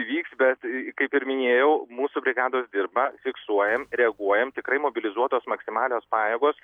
įvyks bet kaip ir minėjau mūsų brigados dirba fiksuojam reaguojam tikrai mobilizuotos maksimalios pajėgos